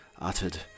uttered